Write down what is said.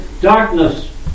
darkness